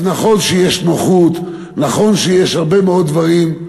אז נכון שיש נוחות, נכון שהיה הרבה מאוד דברים.